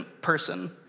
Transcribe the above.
person